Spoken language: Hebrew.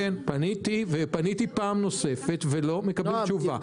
כן, פניתי פעם נוספת ולא קיבלתי תשובה.